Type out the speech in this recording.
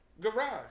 garage